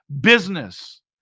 business